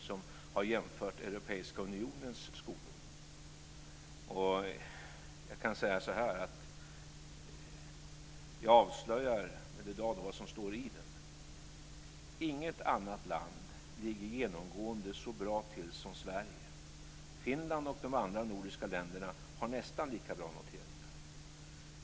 Man har jämfört Europeiska unionens skolor. Jag kan avslöja en del av vad som står i den: Inget annat land ligger genomgående så bra till som Sverige. Finland och de andra nordiska länderna har nästan lika bra noteringar.